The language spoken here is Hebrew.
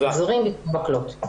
גזרים במקום מקלות.